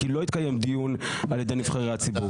כי לא יתקיים דיון על ידי נבחרי הציבור.